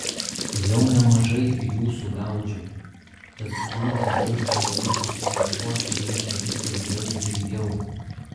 jau nemažai jų sugaudžiau tad tų nedaugelio likusių ieškoti reikia vis ilgiau ir ilgiau